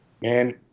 man